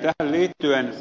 tähän liittyen